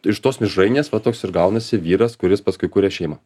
iš tos mišrainės va toks ir gaunasi vyras kuris paskui kuria šeimą